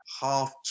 half